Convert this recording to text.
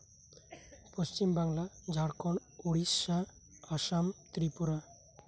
Paschim Bangla Jharkhand Odisha Assam Tripura